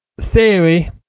theory